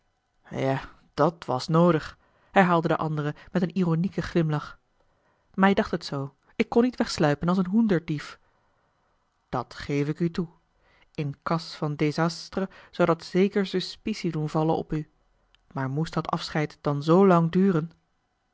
ja dàt was noodig herhaalde de andere met een ironieken glimlach mij dacht het zoo ik kon niet wegsluipen als een hoenderdief dat geef ik u toe in cas van désastre zou dat zeker suspicie doen vallen op u maar moest dat afscheid dan zoo lang duren